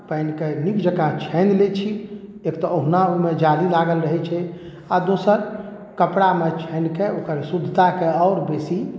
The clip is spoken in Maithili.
पानिके नीक जकाँ छानि लै छी एक तऽ ओहुना ओहिमे जाली लागल रहैत छै आ दोसर कपड़ामे छानिके ओकर शुद्धताके आओर बेसी